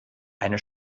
eine